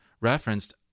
referenced